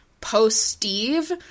post-Steve